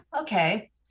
okay